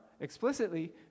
explicitly